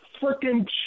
freaking